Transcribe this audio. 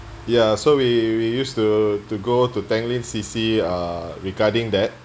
yeah so we we used to to go to tanglin C_C uh regarding that